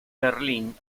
berlín